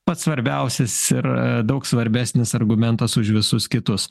pats svarbiausias ir daug svarbesnis argumentas už visus kitus